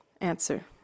Answer